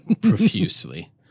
profusely